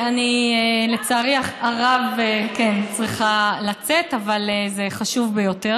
לצערי הרב אני צריכה לצאת, אבל זה חשוב ביותר.